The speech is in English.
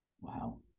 Wow